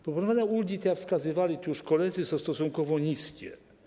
Proponowane ulgi, tak jak wskazywali już koledzy, są stosunkowo niskie.